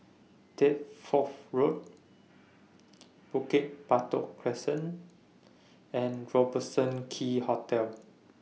Deptford Road Bukit Batok Crescent and Robertson Quay Hotel